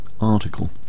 Article